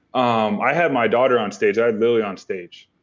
um i had my daughter on stage, i had lily on stage.